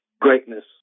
greatness